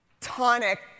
tonic